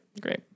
great